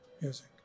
music